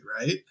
right